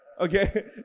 okay